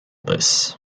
this